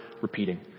repeating